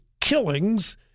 killings